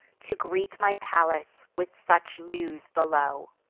to greet my pallas with such news below.